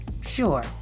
sure